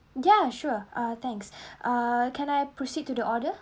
ya sure uh thanks uh can I proceed to the order